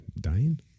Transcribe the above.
dying